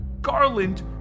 Garland